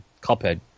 Cuphead